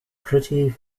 pretty